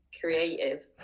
creative